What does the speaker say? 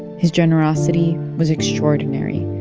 his generosity was extraordinary.